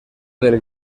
del